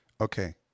Okay